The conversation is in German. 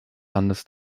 landes